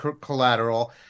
collateral